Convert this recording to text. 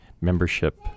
membership